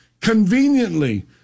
Conveniently